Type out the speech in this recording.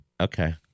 Okay